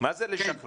מה זה לשחרר?